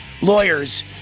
lawyers